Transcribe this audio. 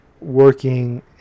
working